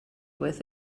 with